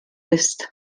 ist